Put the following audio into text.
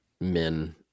men